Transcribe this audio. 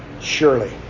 Surely